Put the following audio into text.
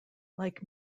like